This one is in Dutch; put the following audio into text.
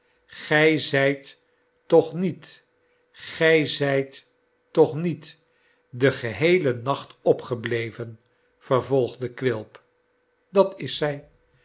gij zijt toch niet gij zijt toch niet den geheelen nacht opgebleven vervolgde quilp dat is zij